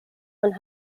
und